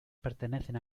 pertenecen